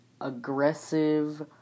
aggressive